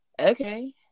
Okay